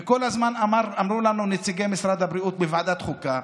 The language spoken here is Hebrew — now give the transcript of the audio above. וכל הזמן נציגי משרד הבריאות אמרו לנו בוועדת חוקה,